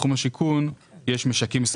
הם משלמים את הפיתוח הזה אז המדינה לא השקיעה פה כלום.